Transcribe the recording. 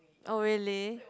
oh really